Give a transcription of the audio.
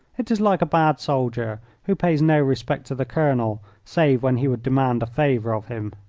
it is like a bad soldier who pays no respect to the colonel save when he would demand a favour of him.